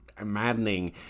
Maddening